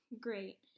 great